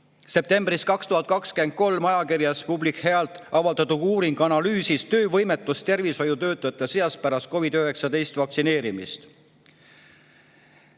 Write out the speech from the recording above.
Septembris 2023 ajakirjas Public Health avaldatud uuring analüüsis töövõimetust tervishoiutöötajate seas pärast COVID‑19 vaktsineerimist.